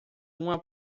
uma